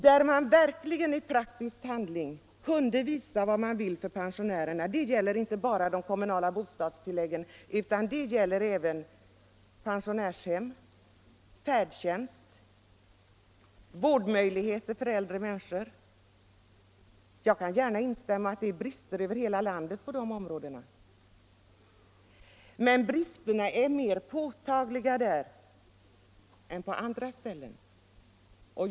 Där skulle man verkligen i praktisk handling kunna visa vad man vill göra för pensionärerna, inte bara när det gäller de kommunala bostadstilläggen utan även i fråga om pensionärshem, färdtjänst, vårdmöjligheter för äldre människor osv. Jag skall gärna medge att det finns brister över hela landet på de områdena, men bristerna är mera påtagliga i Halland än på andra ställen.